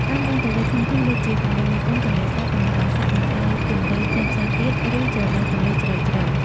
តាមដងទន្លេធំៗ ដូចជាទន្លេមេគង្គ ទន្លេសាប ទន្លេបាសាក់ និងដៃទន្លេផ្សេងៗទៀត ឬជ្រលងទន្លេជ្រៅៗ។